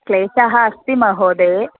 क्लेशः अस्ति महोदये